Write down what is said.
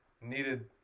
needed